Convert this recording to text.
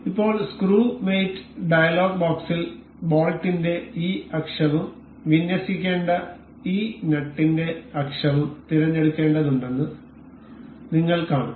ഇപ്പോൾ screw mate dialog ബോക്സിൽ ബോൾട്ടിന്റെ ഈ അക്ഷവും വിന്യസിക്കേണ്ട ഈ നട്ടിന്റെ അക്ഷവും തിരഞ്ഞെടുക്കേണ്ടതുണ്ടെന്ന് നിങ്ങൾ കാണും